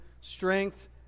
strength